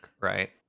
right